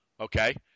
Okay